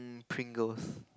Pringles